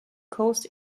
coast